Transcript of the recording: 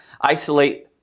isolate